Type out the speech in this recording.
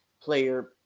player